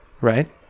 right